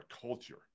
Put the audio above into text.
culture